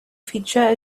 feature